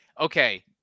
Okay